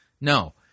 no